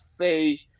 say